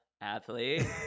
athlete